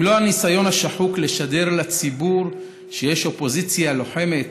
אם לא הניסיון השחוק לשדר לציבור שיש אופוזיציה לוחמת?